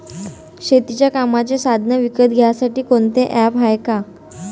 शेतीच्या कामाचे साधनं विकत घ्यासाठी कोनतं ॲप हाये का?